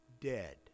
dead